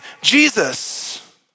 Jesus